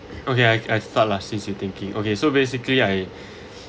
okay I I start lah since you are thinking okay so basically I